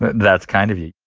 that's kind of you